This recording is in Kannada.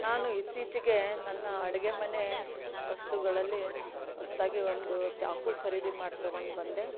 ನಾನು ಇತ್ತೀಚೆಗೆ ನನ್ನ ಅಡುಗೆ ಮನೆ ವಸ್ತುಗಳಲ್ಲಿ ಹೊಸದಾಗಿ ಒಂದು ಚಾಕು ಖರೀದಿ ಮಾಡಿತಗೊಂಡು ಬಂದೆ